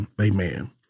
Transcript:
amen